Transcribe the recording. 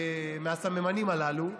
מהסממנים הללו,